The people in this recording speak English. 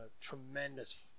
tremendous